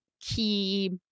key